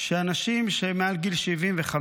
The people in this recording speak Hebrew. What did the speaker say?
שאנשים שהם מעל גיל 75,